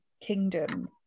kingdom